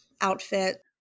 outfit